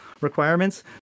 requirements